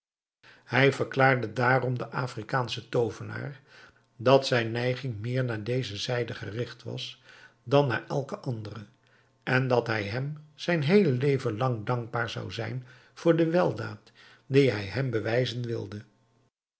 hij verklaarde daarom den afrikaanschen toovenaar dat zijn neiging meer naar deze zijde gericht was dan naar elke andere en dat hij hem zijn heele leven lang dankbaar zou zijn voor de weldaad die hij hem bewijzen wilde